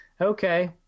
okay